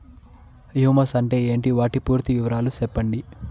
Humus అంటే ఏంటి? వాటి పూర్తి వివరాలు సెప్పండి?